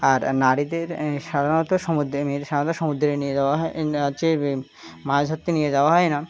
আর নারীদের সাধারণত সমুদ্রে ম সাধারণত সমুদ্রে নিয়ে দেওয়া হয় হচ্ছে মাছ ধরতে নিয়ে যাওয়া হয় না